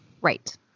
Right